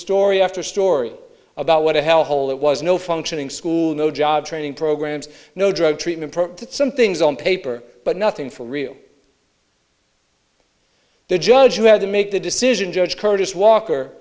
story after story about what a hell hole that was no functioning school no job training programs no drug treatment some things on paper but nothing for real the judge who had to make the decision judge curtis walker